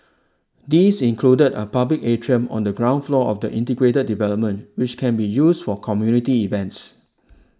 these included a public atrium on the ground floor of the integrated development which can be used for community events